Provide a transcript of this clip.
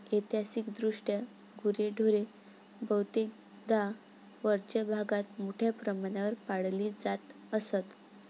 ऐतिहासिकदृष्ट्या गुरेढोरे बहुतेकदा वरच्या भागात मोठ्या प्रमाणावर पाळली जात असत